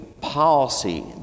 policy